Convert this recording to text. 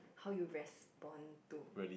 how you respond to